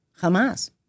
Hamas